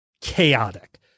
chaotic